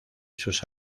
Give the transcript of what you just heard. sus